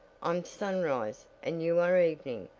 i'm sunrise and you are evening.